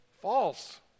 False